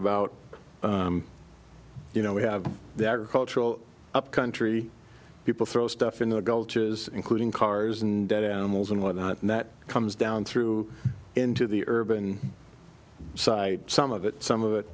about you know we have the agricultural upcountry people throw stuff in the gulches including cars and animals and whatnot and that comes down through into the urban side some of it some of it